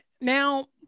now